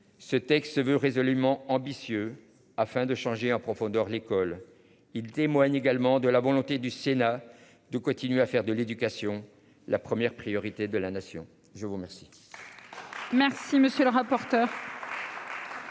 Ce texte se veut résolument ambitieux afin de changer en profondeur l'école il. Également de la volonté du Sénat de continuer à faire de l'éducation, la première priorité de la nation. Je vous remercie.